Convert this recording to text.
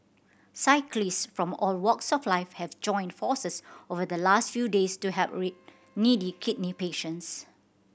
cyclist from all walks of life have joined forces over the last few days to help needy kidney patients